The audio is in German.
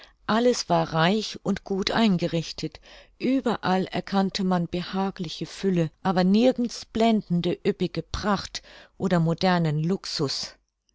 alles war reich und gut eingerichtet überall erkannte man behagliche fülle aber nirgends blendende üppige pracht oder modernen luxus